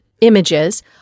images